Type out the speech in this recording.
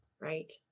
Right